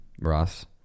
Ross